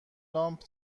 لامپ